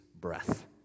breath